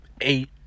eight